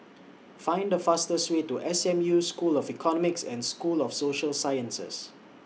Find The fastest Way to S M U School of Economics and School of Social Sciences